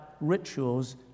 rituals